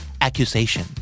accusation